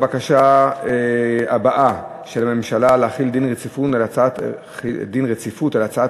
שבקשת הממשלה להחיל דין רציפות על הצעת